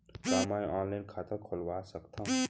का मैं ऑनलाइन खाता खोलवा सकथव?